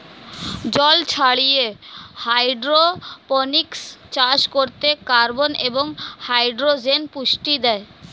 জল ছাড়িয়ে হাইড্রোপনিক্স চাষ করতে কার্বন এবং হাইড্রোজেন পুষ্টি দেয়